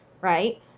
right